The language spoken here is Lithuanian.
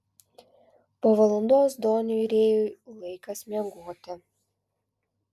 po valandos doniui rėjui laikas miegoti